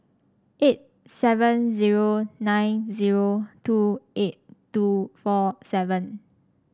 eight seven zero nine zero two eight two four seven